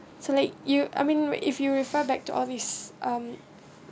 so like you I mean if you refer back to all this um